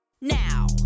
now